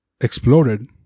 exploded